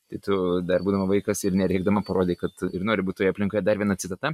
tai tu dar būdama vaikas ir nerėkdama parodei kad nori būti toje aplinkoje dar viena citata